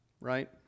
right